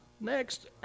Next